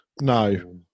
no